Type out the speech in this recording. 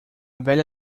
velha